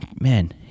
man